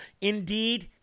Indeed